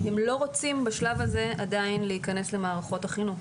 הם עדיין לא רוצים בשלב הזה להיכנס למערכות החינוך.